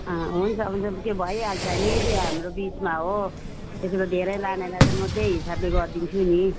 अँ हुन्छ हुन्छ त्यो भइहाल्छ नि त्यो हाम्रो बिचमा हो त्यसमा धेरै लानेलाई त म त्यही हिसाबले गरिदिन्छु नि